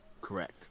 Correct